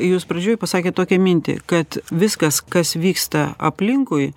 jūs pradžioj pasakėt tokią mintį kad viskas kas vyksta aplinkui